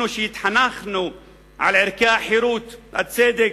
אנחנו, שהתחנכנו על ערכי החירות, הצדק,